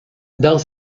dans